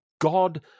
God